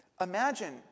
Imagine